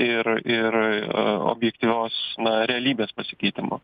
ir ir objektyvios realybės pasikeitimu